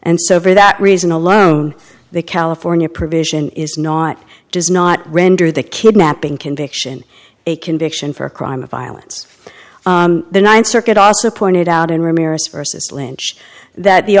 and so for that reason alone the california provision is not does not render the kidnapping conviction a conviction for a crime of violence the ninth circuit also pointed out in remarriage versus lynch that the